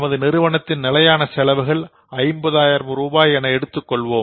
நமது நிறுவனத்தின் நிலையான செலவுகள் 50000 ரூபாய் என எடுத்துக் கொள்வோம்